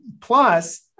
plus